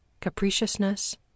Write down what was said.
capriciousness